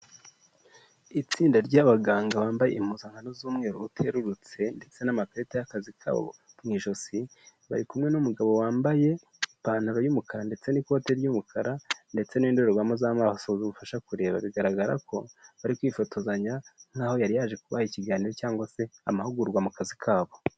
Itsinda ry'abaganga bambaye impuzankano z'umweru uterurutse ndetse n'amakarita y'akazi kabo mu ijosi, bari kumwe n'umugabo wambaye ipantaro y'umukara ndetse n'ikote ry'umukara ndetse n'indorerwamo z'amaso zibafasha kureba, bigaragara ko bari kwifotozanya nk'aho yari yaje kubaha ikiganiro cyangwa se amahugurwa mu kazi kabo.